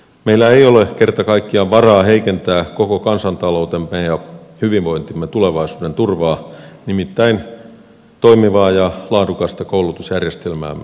meillä ei ole kerta kaikkiaan varaa heikentää koko kansantaloutemme ja hyvinvointimme tulevaisuuden turvaa nimittäin toimivaa ja laadukasta koulutusjärjestelmäämme